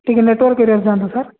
ଟିକିଏ ନେଟ୍ୱାର୍କ୍ ଏରିଆକୁ ଯାଆନ୍ତୁ ସାର୍